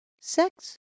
Sex